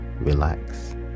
relax